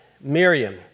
Miriam